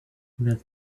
that